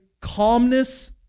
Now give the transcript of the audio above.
calmness